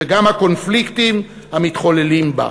וגם הקונפליקטים המתחוללים בה.